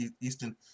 eastern